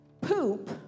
poop